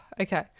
Okay